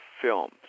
films